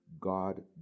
God